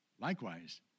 Likewise